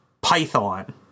python